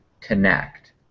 connect